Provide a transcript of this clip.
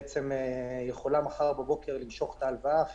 בעצם היא יכולה מחר בבוקר למשוך את ההלוואה,